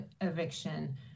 eviction